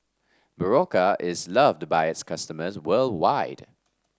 Berocca is loved by its customers worldwide